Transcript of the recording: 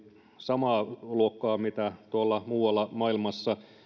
samaa luokkaa kuin tuolla muualla maailmassa